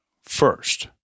first